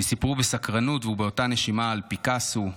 שסיפרו בסקרנות ובאותה נשימה על פיקאסו,